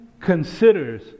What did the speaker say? considers